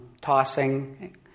tossing